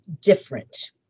different